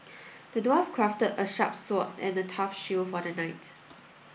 the dwarf crafted a sharp sword and a tough shield for the knight